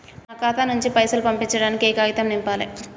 నా ఖాతా నుంచి పైసలు పంపించడానికి ఏ కాగితం నింపాలే?